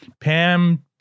Pam